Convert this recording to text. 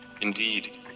indeed